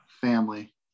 family